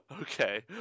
Okay